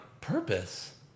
purpose